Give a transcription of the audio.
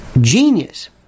genius